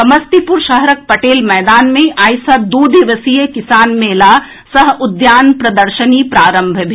समस्तीपुर शहरक पटेल मैदान मे आई सऽ दू दिवसीय किसान मेला सह उद्यान प्रदर्शनी प्रारंभ भेल